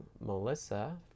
Melissa